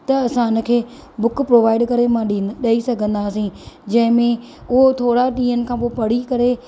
त असां हुनखे बुक प्रोवाईड करे मां डे॒ई सघंदासीं जंहिंमें उहो थोरा डीं॒हंनि खां पोइ पढ़ी करे